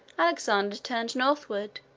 alexander turned northward,